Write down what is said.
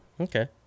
Okay